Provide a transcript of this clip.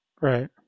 Right